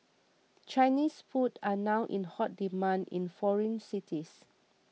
Chinese food are now in hot demand in foreign cities